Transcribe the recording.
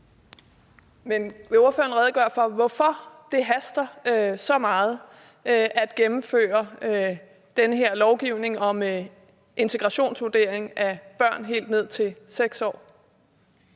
Vil ordføreren redegøre for, hvorfor det haster så meget at gennemføre den her lovgivning om integrationsvurdering af børn helt ned til 6 år?